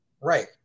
Right